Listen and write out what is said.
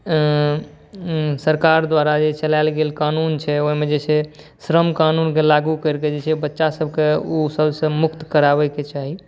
सरकार द्वारा जे चलायल गेल कानून छै ओहिमे जे छै श्रम कानूनकेँ लागू करि कऽ जे छै बच्चासभके ओ सभसँ मुक्त कराबयके चाही